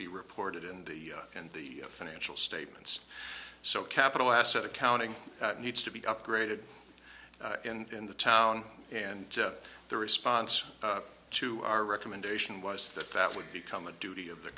be reported in the end the financial statements so capital asset accounting needs to be upgraded and in the town and the response to our recommendation was that that would become a duty of the